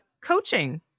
coaching